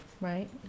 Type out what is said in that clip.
right